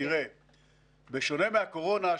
בשונה מהקורונה,